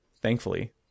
thankfully